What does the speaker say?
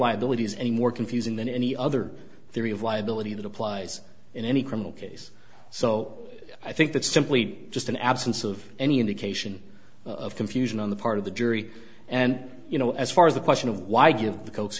liability is any more confusing than any other theory of liability that applies in any criminal case so i think that's simply just an absence of any indication of confusion on the part of the jury and you know as far as the question of why give the